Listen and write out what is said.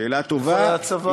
שאלה טובה.